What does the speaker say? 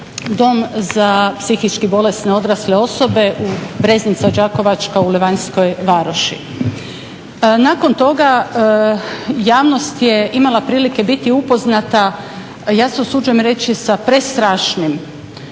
dom za psihički bolesne odrasle osobe u Bresnica Đakovačka u Levanskoj varoši. Nakon toga javnost je imala prilike biti upoznata, ja se usuđujem reći sa prestrašnim